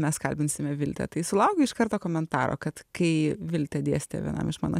mes kalbinsime viltę tai sulaukiau iš karto komentaro kad kai viltė dėstė vienam iš mano